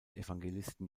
evangelisten